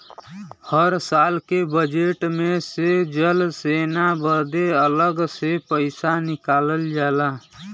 हर साल के बजेट मे से जल सेना बदे अलग से पइसा निकालल जाला